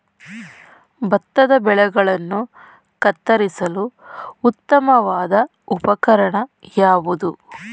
ಭತ್ತದ ಬೆಳೆಗಳನ್ನು ಕತ್ತರಿಸಲು ಉತ್ತಮವಾದ ಉಪಕರಣ ಯಾವುದು?